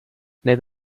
need